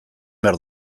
behar